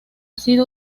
sido